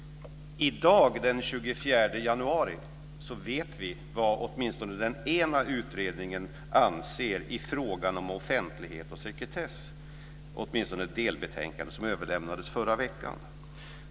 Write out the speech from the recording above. I dag, den 24 januari, vet vi vad åtminstone den ena utredningen anser i frågan om offentlighet och sekretess. Man överlämnade ett delbetänkande förra veckan.